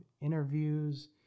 interviews